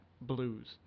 blues